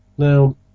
Now